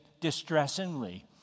distressingly